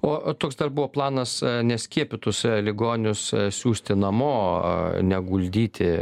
o toks dar buvo planas neskiepytus ligonius siųsti namo neguldyti